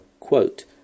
Quote